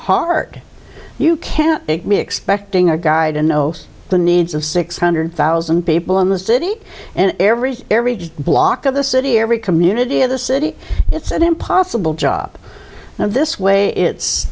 hard you can't be expecting our guide to know the needs of six hundred thousand people in the city and every every block of the city every community of the city it's an impossible job this way it's